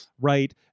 right